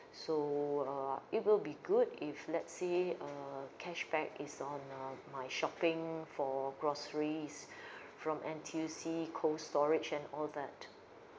so uh it will be good if let's say err cashback is on uh my shopping for groceries from N_T_U_C cold storage and all that